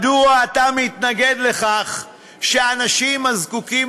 מדוע אתה מתנגד לכך שאנשים הזקוקים